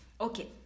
okay